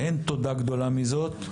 אין תודה גדולה מזאת.